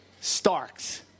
Starks